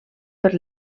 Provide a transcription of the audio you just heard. per